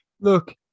look